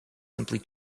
simply